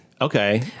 Okay